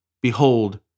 behold